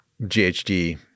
ghd